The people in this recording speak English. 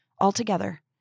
altogether